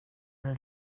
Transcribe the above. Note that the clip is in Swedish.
det